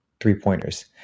three-pointers